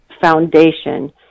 foundation